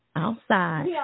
outside